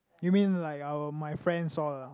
you mean like our my friends all ah